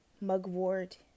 Mugwort